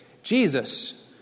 Jesus